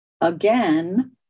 again